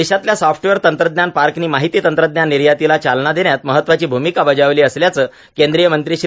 देशातल्या सॉफ्टवेअर तंत्रज्ञान पार्कनी माहिती तंत्रज्ञान निर्यातीला चालना देण्यात महत्वाची भूमिका बजावली असल्याचं केंद्रीय मंत्री श्री